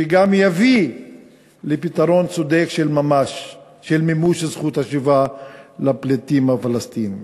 שגם יביא לפתרון צודק של מימוש זכות השיבה לפליטים הפלסטינים.